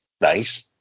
Nice